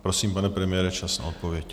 Prosím, pane premiére, čas na odpověď.